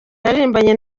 yaririmbanye